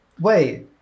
Wait